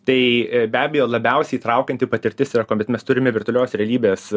tai be abejo labiausiai įtraukianti patirtis yra kuomet mes turime virtualios realybės